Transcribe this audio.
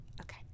Okay